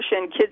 Kids